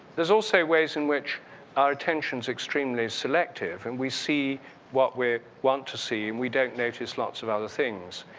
there's also ways in which our attention is extremely selective and we see what we want to see and we don't notice lots of other things.